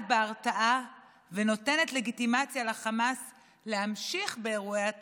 בהרתעה ונותנת לגיטימציה לחמאס להמשיך באירועי הטרור.